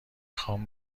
خوام